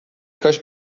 کاش